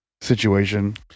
situation